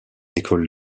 école